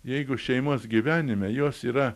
jeigu šeimos gyvenime jos yra